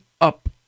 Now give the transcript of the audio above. up